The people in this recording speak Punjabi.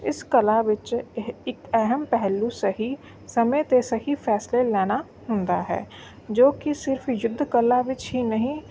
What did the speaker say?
ਇਸ ਕਲਾ ਵਿੱਚ ਇਹ ਇੱਕ ਅਹਿਮ ਪਹਿਲੂ ਸਹੀ ਸਮੇਂ 'ਤੇ ਸਹੀ ਫੈਸਲੇ ਲੈਣਾ ਹੁੰਦਾ ਹੈ ਜੋ ਕਿ ਸਿਰਫ ਯੁੱਧ ਕਲਾ ਵਿੱਚ ਹੀ ਨਹੀਂ